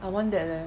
I want that leh